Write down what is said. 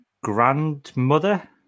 grandmother